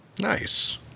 Nice